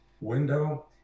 window